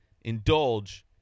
indulge